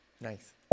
Nice